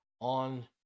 on